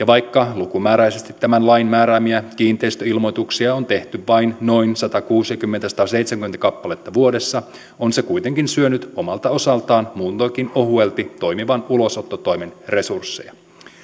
vaikka lukumääräisesti tämän lain määräämiä kiinteistöilmoituksia on tehty vain noin satakuusikymmentä viiva sataseitsemänkymmentä kappaletta vuodessa on se kuitenkin syönyt omalta osaltaan muutoinkin ohuelti toimivan ulosottotoimen resursseja